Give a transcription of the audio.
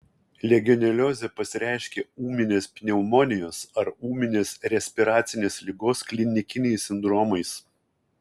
legioneliozė pasireiškia ūminės pneumonijos ar ūminės respiracinės ligos klinikiniais sindromais